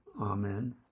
Amen